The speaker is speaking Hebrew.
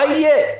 מה יהיה?